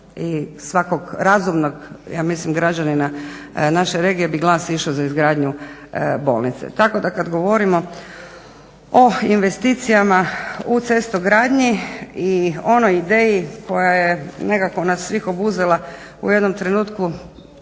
i svakog razumnog ja mislim građanina naše regije bi glas išao za izgradnju bolnice. Tako da kad govorimo o investicijama u cestogradnji i onoj ideji koja je nekako nas svih obuzela u jednom trenutku,